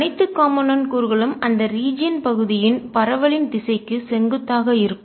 அனைத்து காம்போனென்ட் கூறுகளும் அந்த ரீஜியன் பகுதியின் பரவலின் திசைக்கு செங்குத்தாக இருக்கும்